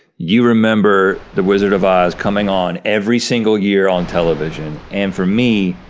you remember the wizard of oz coming on every single year on television. and for me,